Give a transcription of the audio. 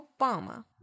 Obama